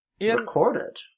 Recorded